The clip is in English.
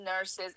nurses